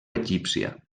egípcia